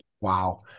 Wow